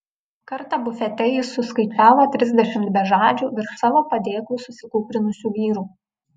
kartą bufete jis suskaičiavo trisdešimt bežadžių virš savo padėklų susikūprinusių vyrų